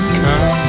come